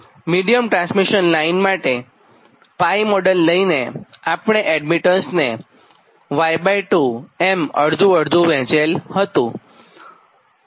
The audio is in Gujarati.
મિડીયમ ટ્રાન્સમિશન લાઇન માટે π મોડેલ લઇને એડમીટન્સને Y2 અને Y2 એમઅડધું અડધું વહેંચેલ હતું